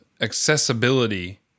accessibility